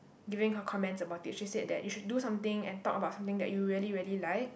giving her comments about it she said that you should do something and talk about something that you really really like